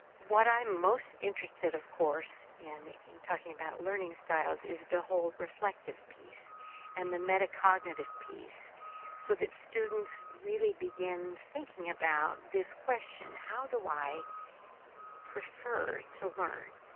what i'm most interested, of course, in, in talking about learning styles, is the whole reflective piece and the meta-cognitive piece so that students really begin thinking about this question how do i prefer to learn?